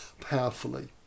powerfully